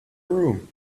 room